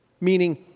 meaning